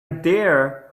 dare